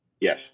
yes